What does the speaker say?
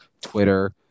Twitter